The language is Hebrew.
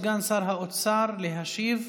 סגן שר האוצר להשיב,